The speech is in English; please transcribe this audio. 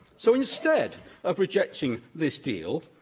so, instead of rejecting this deal,